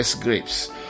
grapes